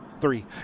three